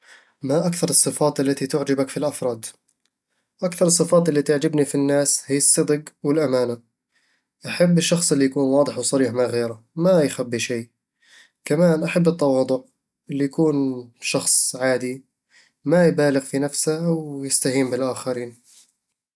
ما أكثر الصفات التي تعجبك في الأفراد؟ أكثر الصفات اللي تعجبني في الناس هي الصدق والأمانة أحب الشخص اللي يكون واضح وصريح مع غيره، ما يخبي شي كمان أحب التواضع، اللي يكون شخص عادي، ما يبالغ في نفسه أو يستهين بالآخرين